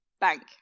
Bank